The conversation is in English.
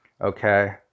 okay